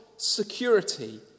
security